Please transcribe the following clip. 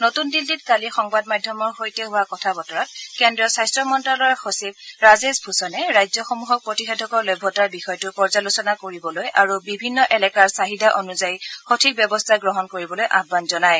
নতুন দিল্লীত কালি সংবাদ মাধ্যমৰ সৈতে হোৱা কথা বতৰাত কেন্দ্ৰীয় স্বাস্থ্য মন্ত্যালয়ৰ সচিব ৰাজেশ ভূষণে ৰাজ্যসমূহক প্ৰতিষেধকৰ লভ্যতাৰ বিষয়টো পৰ্য্যালোচনা কৰিবলৈ আৰু বিভিন্ন এলেকাৰ চাহিদা অনুযায়ী সঠিক ব্যৱস্থা গ্ৰহণ কৰিবলৈ আহান জনায়